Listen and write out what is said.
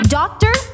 doctor